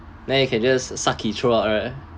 then you can just suck it throughout right